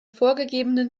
vorgegebenen